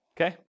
Okay